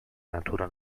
natura